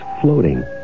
floating